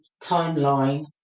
timeline